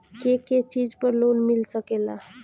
के के चीज पर लोन मिल सकेला?